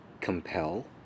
compel